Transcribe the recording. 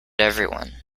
everyone